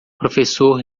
professor